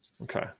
Okay